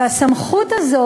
והסמכות הזאת,